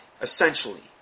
essentially